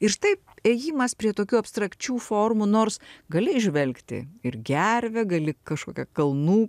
ir štai ėjimas prie tokių abstrakčių formų nors gali įžvelgti ir gervę gali kažkokią kalnų